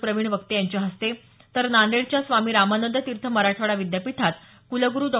प्रवीण वक्ते यांच्या हस्ते तर नांदेडच्या स्वामी रामानंद तीर्थ मराठवाडा विद्यापीठात कलग्रु डॉ